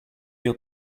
your